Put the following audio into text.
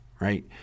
right